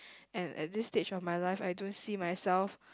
and at this stage of my life I don't see myself